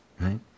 right